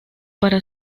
para